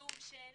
תקצוב של